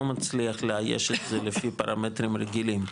לא מצליח לאייש את זה לפי פרמטרים רגילים,